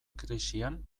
krisian